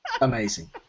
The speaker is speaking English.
amazing